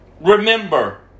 Remember